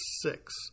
six